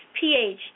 pH